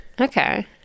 Okay